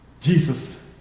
Jesus